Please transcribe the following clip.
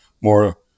more